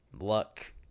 Luck